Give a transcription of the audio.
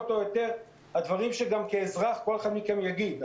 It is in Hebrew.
או יותר הדברים שגם כאזרח כל אחד מכם יגיד.